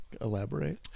Elaborate